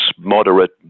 moderate